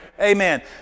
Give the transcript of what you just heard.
Amen